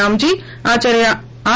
Ramji Acharya are